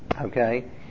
okay